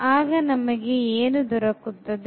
ಆಗ ನಮಗೆ ಏನು ದೊರಕುತ್ತದೆ